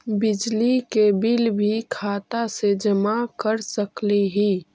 बिजली के बिल भी खाता से जमा कर सकली ही?